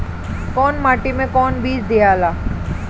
कौन माटी मे कौन बीज दियाला?